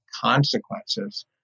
consequences